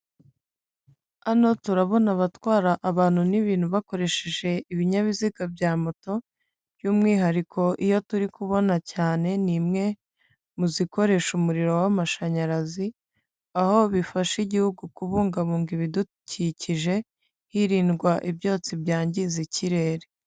Hano turabona abatwara abantu n'ibintu bakoresheje ibinyabiziga bya moto, by'umwihariko iyo turi kubona cyane ni imwe mu zikoresha umuriro w'amashanyarazi, aho bifasha Igihugu kubungabunga ibidukikije hirindwa ibyotsi byangiza ikirere.